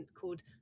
called